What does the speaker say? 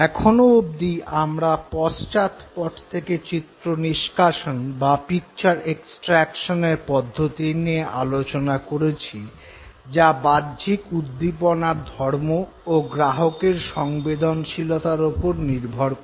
এখনো অব্দি আমরা পশ্চাৎপট থেকে চিত্র নিষ্কাশন বা পিকচার এক্সট্র্যাকশনের পদ্ধতি নিয়ে আলোচনা করেছি যা বাহ্যিক উদ্দীপনার ধর্ম ও গ্রাহকের সংবেদনশীলতার ওপর নির্ভর করে